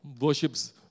worships